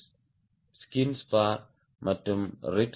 skin spar மற்றும் ribs riveted